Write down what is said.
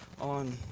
on